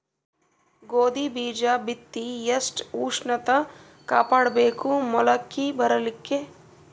ಗೋಧಿ ಬೀಜ ಬಿತ್ತಿ ಎಷ್ಟ ಉಷ್ಣತ ಕಾಪಾಡ ಬೇಕು ಮೊಲಕಿ ಬರಲಿಕ್ಕೆ?